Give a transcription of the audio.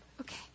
Okay